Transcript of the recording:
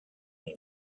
and